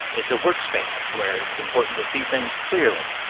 it's a workspace where it's important to see things clearly.